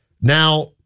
Now